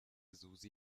susi